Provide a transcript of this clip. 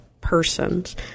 persons